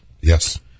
Yes